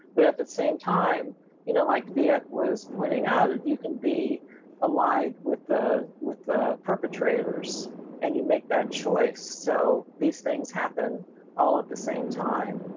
but at the same time you know like viet was pointing out that you can be allied with the with the perpetrators and you make that choice so these things happen all at the same time.